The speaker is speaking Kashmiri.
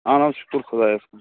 اَہَن حظ شُکُر خۄدایَس کُن